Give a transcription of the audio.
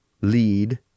lead